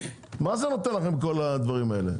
מה זה נותן לכם כל הדברים האלה?